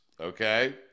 okay